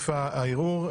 סעיף הערעור.